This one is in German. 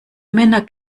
männer